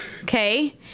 okay